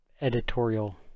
Editorial